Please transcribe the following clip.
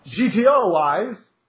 GTO-wise